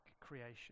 creation